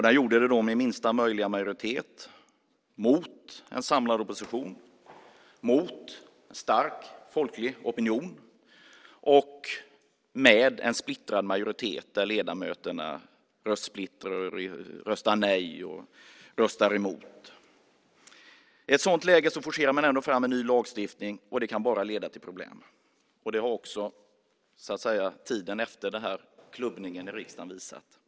Den gjorde det med minsta möjliga majoritet mot en samlad opposition, mot en stark folklig opinion och med en splittrad majoritet där ledamöter röstade nej och emot. I ett sådant läge forcerade man ändå fram en lagstiftning. Det kan bara leda till problem. Tiden efter klubbningen i riksdagen har också visat på det.